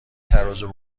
ترازو